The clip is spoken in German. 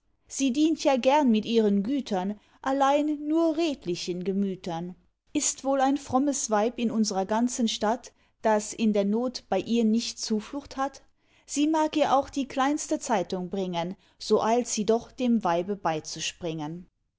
sie dient ja gern mit ihren gütern allein nur redlichen gemütern ist wohl ein frommes weib in unsrer ganzen stadt das in der not bei ihr nicht zuflucht hat sie mag ihr auch die kleinste zeitung bringen so eilt sie doch dem weibe beizuspringen